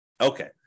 Okay